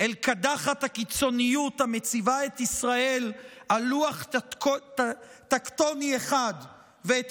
אל קדחת הקיצוניות המציבה את ישראל על לוח טקטוני אחד ואת